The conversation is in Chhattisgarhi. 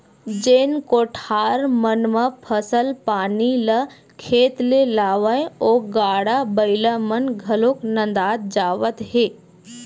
जेन कोठार मन म फसल पानी ल खेत ले लावय ओ गाड़ा बइला मन घलोक नंदात जावत हे